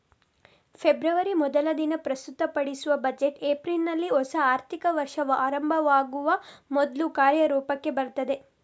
February ಮೊದಲ ದಿನ ಪ್ರಸ್ತುತಪಡಿಸುವ ಬಜೆಟ್ ಏಪ್ರಿಲಿನಲ್ಲಿ ಹೊಸ ಆರ್ಥಿಕ ವರ್ಷ ಪ್ರಾರಂಭವಾಗುವ ಮೊದ್ಲು ಕಾರ್ಯರೂಪಕ್ಕೆ ಬರ್ತದೆ